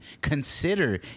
consider